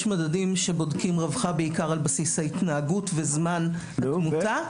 יש מדדים שבודקים רווחה בעיקר על בסיס ההתנהגות וזמן בממוצע.